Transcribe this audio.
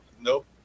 Nope